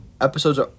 episodes